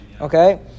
Okay